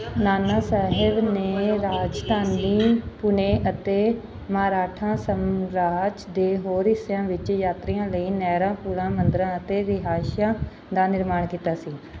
ਨਾਨਾ ਸਾਹਿਬ ਨੇ ਰਾਜਧਾਨੀ ਪੁਣੇ ਅਤੇ ਮਰਾਠਾ ਸਾਮਰਾਜ ਦੇ ਹੋਰ ਹਿੱਸਿਆਂ ਵਿੱਚ ਯਾਤਰੀਆਂ ਲਈ ਨਹਿਰਾਂ ਪੁਲਾਂ ਮੰਦਰਾਂ ਅਤੇ ਰਿਹਾਇਸ਼ਾਂ ਦਾ ਨਿਰਮਾਣ ਕੀਤਾ ਸੀ